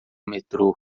metrô